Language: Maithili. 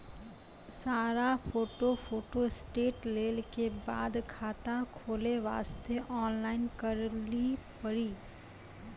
सारा फोटो फोटोस्टेट लेल के बाद खाता खोले वास्ते ऑनलाइन करिल पड़ी?